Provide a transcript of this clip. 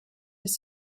have